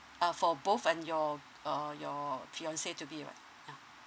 uh for both and your uh your fiancee to be right yeah